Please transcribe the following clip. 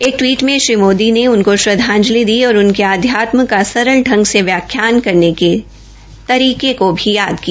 एक टवीट में श्री मोदी ने उनको श्रद्वांजलि दी और उनके अध्यात्म का सरल ढंग से व्याख्यान करने के तरीके को याद किया